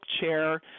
chair